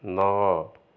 ନଅ